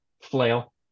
flail